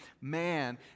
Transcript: man